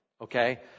Okay